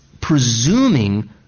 presuming